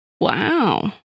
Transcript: Wow